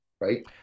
right